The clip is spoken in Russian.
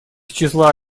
числа